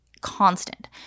constant